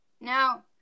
Now